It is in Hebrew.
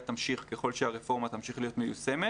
תמשיך ככל שהרפורמה תמשיך להיות מיושמת.